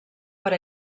per